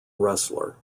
wrestler